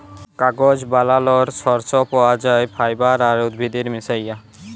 কাগজ বালালর সর্স পাই যাই ফাইবার আর উদ্ভিদের মিশায়া